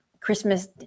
Christmas